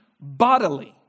bodily